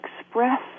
express